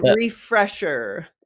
refresher